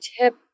tip